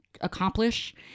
accomplish